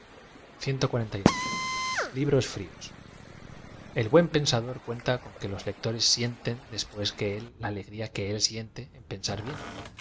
quieren más que pueden libros frios e l buen pensador cuenta con que los lectores sien tan después de él la alegria que él siente n pensar bien